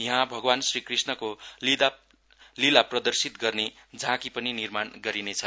यहाँ भगवान श्रीकृष्णको लीला प्रदर्शित गर्ने झाँकी पनि निर्माण गरिनेछ